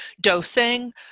dosing